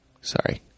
Sorry